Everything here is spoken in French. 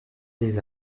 des